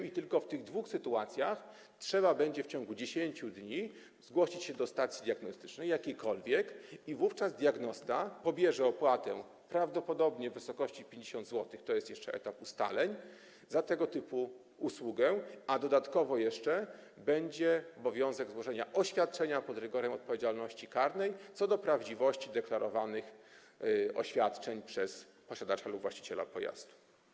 I tylko w tych dwóch sytuacjach trzeba będzie w ciągu 10 dni zgłosić się do jakiejkolwiek stacji diagnostycznej i wówczas diagnosta pobierze opłatę, prawdopodobnie w wysokości 50 zł, to jest jeszcze na etapie ustaleń, za tego typu usługę, a dodatkowo jeszcze będzie obowiązek złożenia oświadczenia pod rygorem odpowiedzialności karnej co do prawdziwości deklarowanych oświadczeń przez posiadacza lub właściciela pojazdu.